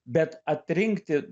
bet atrinkti